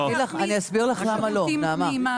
נכה שירות אבל יש ילדים שיכולים ליפול בין הכיסאות,